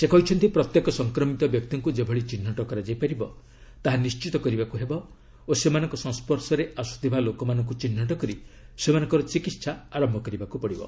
ସେ କହିଛନ୍ତି ପ୍ରତ୍ୟେକ ସଂକ୍ରମିତ ବ୍ୟକ୍ତିଙ୍କୁ ଯେଭଳି ଚିହ୍ନଟ କରାଯାଇପାରିବ ତାହା ନିଣ୍ଢିତ କରିବାକୁ ହେବ ଓ ସେମାନଙ୍କ ସଂସ୍ୱର୍ଶରେ ଆସୁଥିବା ଲୋକମାନଙ୍କୁ ଚିହ୍ନଟ କରି ସେମାନଙ୍କର ଚିକିତ୍ସା ଆରମ୍ଭ କରିବାକୁ ହେବ